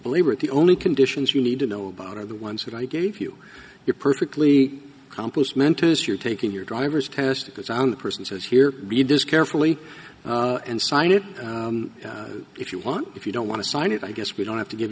that the only conditions you need to know about are the ones that i gave you you're perfectly compost mentos you're taking your driver's test because i'm the person says here read this carefully and sign it if you want if you don't want to sign it i guess we don't have to give